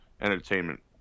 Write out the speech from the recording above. entertainment